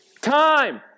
Time